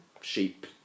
sheep